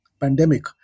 pandemic